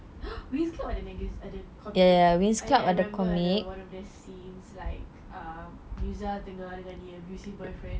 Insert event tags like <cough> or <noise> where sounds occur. <breath> winx club ada mag~ ada comic book oh ya I remember ada one of the scenes like um musa tengah ada an abusive boyfriend